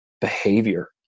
behavior